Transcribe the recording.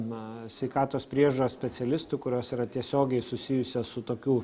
na sveikatos priežiūros specialistų kurios yra tiesiogiai susijusios su tokių